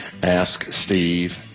asksteve